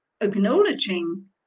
acknowledging